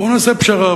בואו נעשה פשרה,